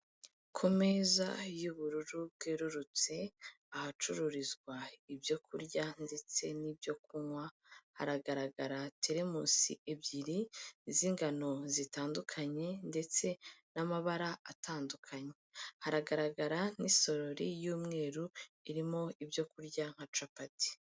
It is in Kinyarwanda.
Ku meza y'ubururu bwerurutse ahacururizwa ibyo kurya ndetse n'ibyo kunywa, haragaragara teremusi ebyiri z'ingano zitandukanye ndetse n'amabara atandukanye, hagaragara nk'isorori y'umweru irimo ibyo kurya nka capati.